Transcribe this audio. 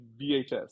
VHS